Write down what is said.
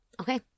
Okay